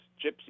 Gypsy